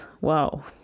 Wow